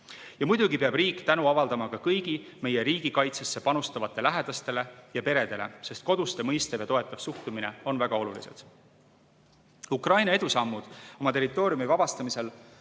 Ja muidugi peab riik tänu avaldama kõigi meie riigikaitsesse panustavate lähedastele ja peredele. Koduste mõistev ja toetav suhtumine on väga oluline. Ukraina edusammud oma territooriumi vabastamisel